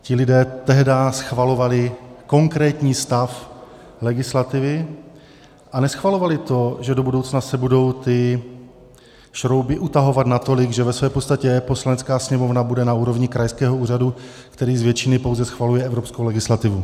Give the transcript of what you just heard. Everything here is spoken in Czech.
Ti lidé tehdy schvalovali konkrétní stav legislativy a neschvalovali to, že do budoucna se budou ty šrouby utahovat natolik, že ve své podstatě Poslanecká sněmovna bude na úrovni krajského úřadu, který z většiny pouze schvaluje evropskou legislativu.